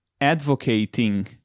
advocating